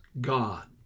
god